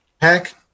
pack